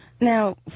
Now